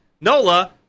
Nola